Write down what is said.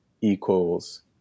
equals